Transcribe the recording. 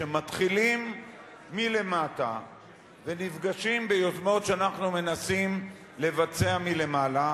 שמתחילים מלמטה ונפגשים ביוזמות שאנחנו מנסים לבצע מלמעלה,